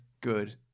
good